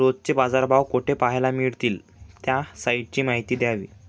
रोजचे बाजारभाव कोठे पहायला मिळतील? त्या साईटची माहिती द्यावी